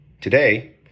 Today